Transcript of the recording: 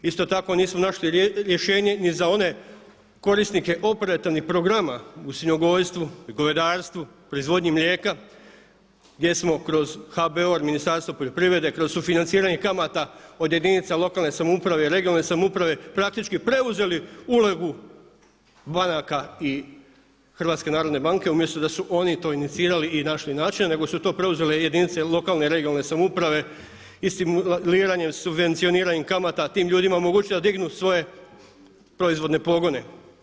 Isto tako nismo našli rješenje ni za one korisnike operativnih programa u svinjogojstvu i govedarstvu, proizvodnji mlijeka gdje smo kroz HBOR, Ministarstvo poljoprivrede, kroz sufinanciranje kamata od jedinica lokalne samouprave i regionalne samouprave praktički preuzeli ulogu banaka i HNB-a umjesto da su oni to inicirali i našli načina nego su to preuzele jedinice lokalne i regionalne samouprave i stimuliranjem i subvencioniranjem kamata tim ljudima omogućili da dignu svoje proizvodne pogone.